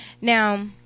Now